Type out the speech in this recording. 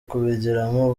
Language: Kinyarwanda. kubigiramo